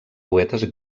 poetes